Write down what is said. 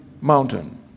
mountain